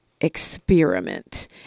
experiment